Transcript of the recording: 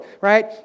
right